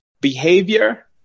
behavior